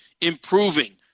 improving